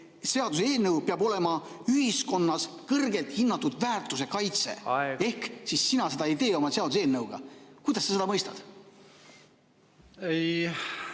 seaduseelnõu peab olema ühiskonnas kõrgelt hinnatud väärtuse kaitse. Aeg! Ehk siis sina seda ei tee oma seaduseelnõuga. Kuidas sa seda mõistad?